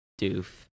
doof